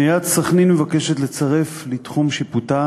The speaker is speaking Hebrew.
עיריית סח'נין מבקשת לצרף לתחום שיפוטה,